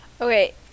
Okay